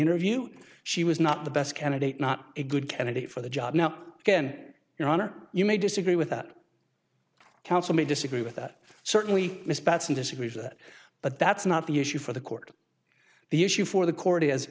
interview she was not the best candidate not a good candidate for the job now again your honor you may disagree with that counsel may disagree with that certainly miss bateson disagrees with that but that's not the issue for the court the issue for the court is